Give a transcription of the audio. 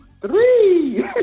three